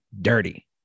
dirty